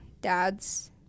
dad's